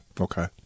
Okay